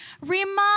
remind